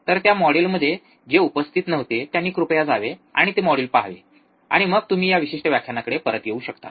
तर त्या मॉड्यूलमध्ये जे उपस्थित नव्हते त्यांनी कृपया जावे आणि ते मॉड्यूल पहावे आणि मग तुम्ही या विशिष्ट व्याख्यानाकडे परत येऊ शकता